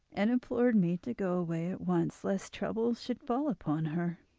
and implored me to go away at once, lest trouble should fall upon her.